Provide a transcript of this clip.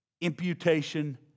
imputation